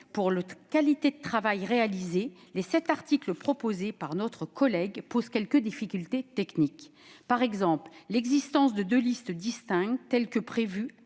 pour la qualité du travail réalisé, les sept articles proposés par notre collègue posent quelques difficultés d'ordre technique. Ainsi, l'existence de deux listes distinctes prévue